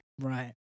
Right